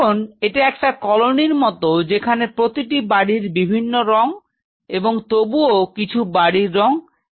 এখন এটা একটা কলোনির মত যেখানে প্রতিটি বাড়ির বিভিন্ন রঙ এবং তবুও কিছু বাড়ির রঙ একই রকম